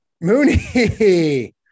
mooney